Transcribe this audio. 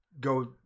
go